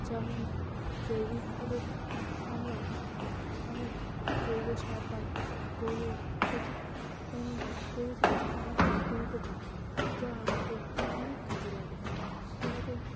যেমন জৈবিকভাবে আমরা অনেক জৈব সার পাই গোরু থেকে গোরু থেকে আমরা অনেক দুধও পাই যা আমাদের অনেক কাজে লাগে সেরকম